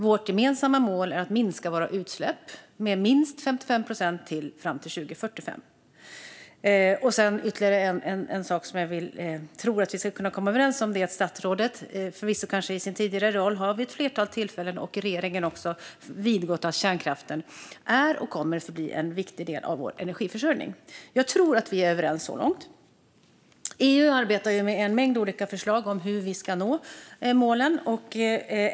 Vårt gemensamma mål är att minska våra utsläpp med minst 55 procent fram till 2045. Ytterligare en sak jag tror att vi kan komma överens om är att statsrådet, förvisso i sin tidigare roll, och regeringen vid ett flertal tillfällen har vidgått att kärnkraften är och kommer att förbli en viktig del av vår energiförsörjning. Jag tror att vi är överens så långt. EU arbetar med en mängd olika förslag om hur vi ska nå målen.